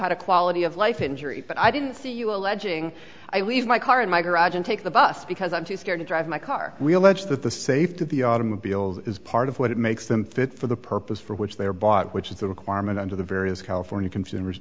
had a quality of life injury that i didn't are you alleging i leave my car in my garage and take the bus because i'm too scared to drive my car we allege that the safety of the automobiles is part of what makes them fit for the purpose for which they are bought which is a requirement under the various california consumer